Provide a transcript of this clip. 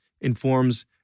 informs